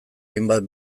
hainbat